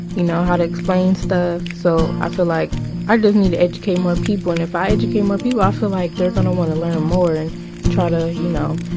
you know, how to explain stuff. so i feel like i just need to educate more people, and if i educate more people, i feel like they're going to want to learn more and try to, you know,